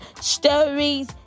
stories